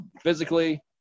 physically